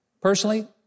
Personally